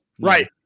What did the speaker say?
Right